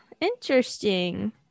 interesting